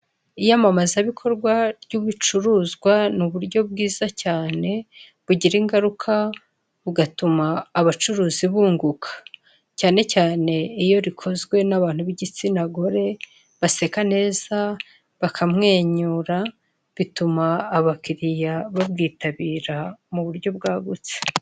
Iyamamazabikorwa ry'ibicuruzwa ni uburyo bwiza cyane, bugira ingaruka bugatuma abacuruzi bunguka cyane cyane iyo bikozwe n'abantu b'igitsina gore baseka neza bakamwenyura bituma abakiriya babwitabira mu buryo bwagutse.